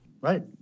right